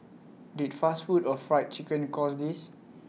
did fast food or Fried Chicken cause this